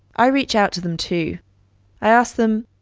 i reach out to them too. i ask them,